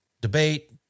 debate